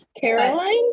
Caroline